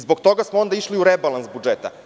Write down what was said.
Zbog toga smo onda išli u rebalans budžeta.